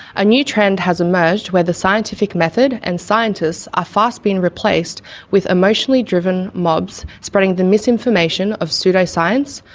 a new trend has emerged where the scientific method and scientists are ah fast being replaced with emotionally driven mobs spreading the misinformation of pseudo-science,